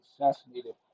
assassinated